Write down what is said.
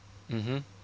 mmhmm